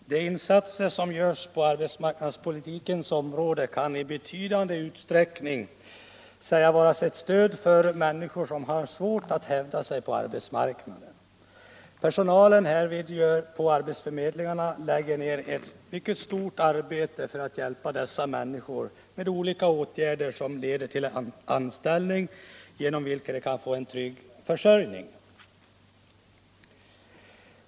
Herr talman! De insatser som görs på arbetsmarknadspolitikens område kan i betydande utsträckning sägas vara ett stöd för människor som har svårt att hävda sig på arbetsmarknaden. Personalen på arbetsförmedlingarna lägger ner ett mycket stort arbete på att hjälpa dessa människor med olika åtgärder, som leder till en anställning genom vilken de kan få en trygg försörjning.